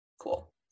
cool